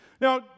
Now